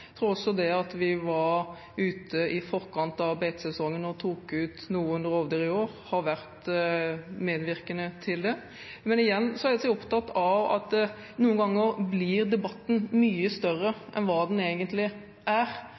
tror også det at vi var ute i forkant av beitesesongen og tok ut noen rovdyr i år, har vært medvirkende til det. Men igjen er jeg opptatt av at noen ganger blir debatten mye større enn hva den egentlig